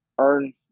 earn